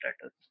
status